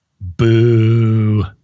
Boo